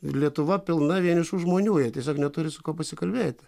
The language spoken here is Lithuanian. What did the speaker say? ir lietuva pilna vienišų žmonių jie tiesiog neturi su kuo pasikalbėti